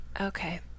okay